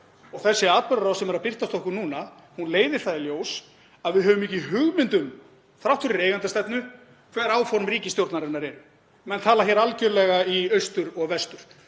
og þessi atburðarás sem er að birtast okkur núna leiðir í ljós að við höfum ekki hugmynd um, þrátt fyrir eigendastefnu, hver áform ríkisstjórnarinnar eru. Menn tala algerlega í austur og vestur.